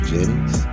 Jennings